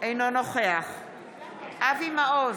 אינו נוכח אבי מעוז,